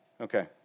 Okay